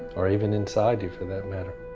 or even inside you for that matter.